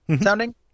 sounding